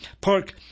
Park